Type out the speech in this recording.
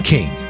King